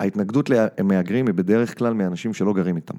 ‫ההתנגדות למהגרים היא בדרך כלל מאנשים שלא גרים איתם.